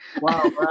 Wow